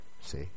see